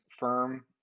firm